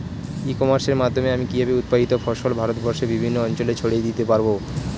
ই কমার্সের মাধ্যমে আমি কিভাবে উৎপাদিত ফসল ভারতবর্ষে বিভিন্ন অঞ্চলে ছড়িয়ে দিতে পারো?